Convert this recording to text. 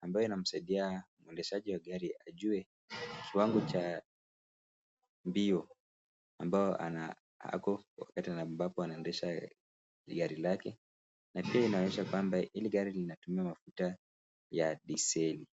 ambayo inamsaidia mwendeshaji wa gari ajue kiwango cha mbio ambao ako wakati anaendesha gari lake na pia inaonyesha kwamba hili gari linatumia mafuta ya diseli.